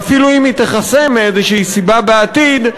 ואפילו אם היא תיחסם מאיזו סיבה בעתיד,